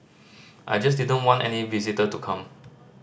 I just didn't want any visitor to come